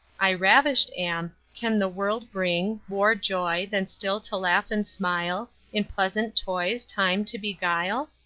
i ravisht am can the world bring more joy, than still to laugh and smile, in pleasant toys time to beguile?